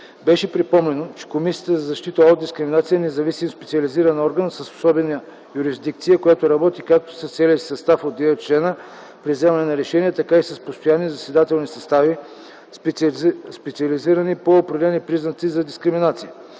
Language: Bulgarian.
Беше припомнено, че Комисията за защита от дискриминация е независим специализиран орган с особена юрисдикция, която работи както с целия си състав от 9 члена при взимане на решения, така и с постоянни заседателни състави, специализирани по определени признаци за дискриминация.